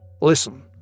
Listen